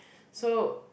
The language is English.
so